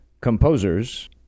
Composers